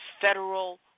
federal